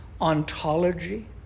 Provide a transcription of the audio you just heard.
ontology